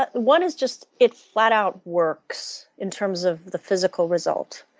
but one is just it flat out works in terms of the physical result.